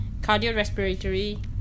cardiorespiratory